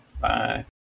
Bye